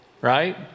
right